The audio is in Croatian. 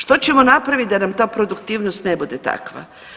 Što ćemo napravit da nam ta produktivnost ne bude takva?